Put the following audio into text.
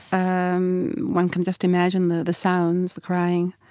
um one can just imagine the the sounds, the crying.